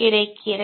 கிடைக்கிறது